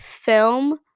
film